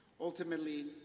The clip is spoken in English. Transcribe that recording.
Ultimately